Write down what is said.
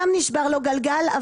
גם נשבר לו גלגל.